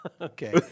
Okay